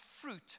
fruit